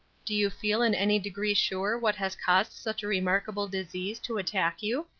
do you feel in any degree sure what has caused such a remarkable disease to attack you?